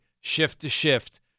shift-to-shift